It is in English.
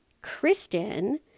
Kristen